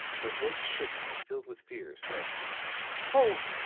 her voice shaking and filled with fear, said oh!